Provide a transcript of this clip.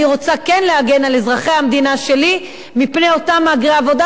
אני רוצה להגן על אזרחי המדינה שלי מפני אותם מהגרי עבודה,